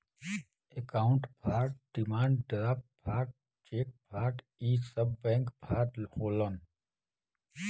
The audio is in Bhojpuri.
account fraud demand draft fraud cheque fraud इ सब बैंक फ्राड होलन